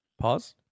Pause